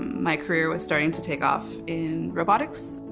my career was starting to take off in robotics.